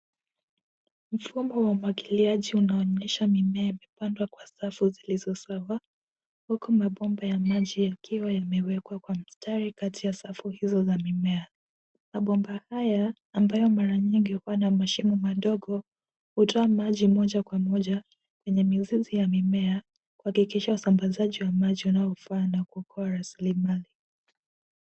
Mfumo wa umwagiliaji una onyesha mimea yame pandwa kwa safu zilizo sawa huku mabomba ya maji yakiwa yamewekwa kwa mstari kati ya safu hizo za mimea. Mabomba haya ambayo mara nyingi hukuwa na mashimo madogo hutoa maji moja kwa moja kwenye mizizi ya mimea kuhakikisha usambazaji wa maji inayo faa na kukuwa rasilimali.